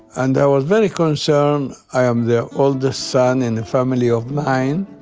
and i was very concerned. i am the oldest son in a family of nine,